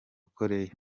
koreya